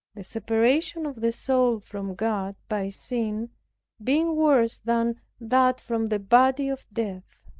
the separation of the soul from god by sin being worse than that from the body of death.